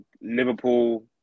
Liverpool